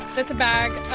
that's a bag.